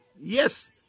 Yes